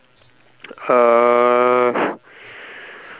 uh